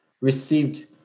received